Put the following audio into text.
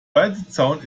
weidezaun